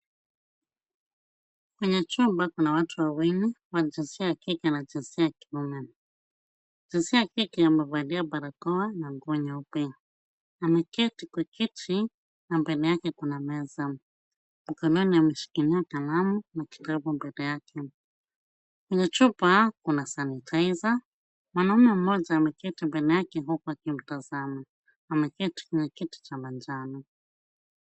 Kwenye chumba kuna watu wawili wa jinsia ya kike na jinsia ya kiume. Jinsia ya kike amevalia barakoa na nguo nyeupe. Ameketi kwa kiti na mbele yake kuna meza. Mkononi ameshikilia kalamu na kitabu mbele yake. Kwenye chupa kuna sanitizer . Mwanaume mmoja ameketi mbele yake huku akimtazama. Ameketi kwenye kiti cha majano.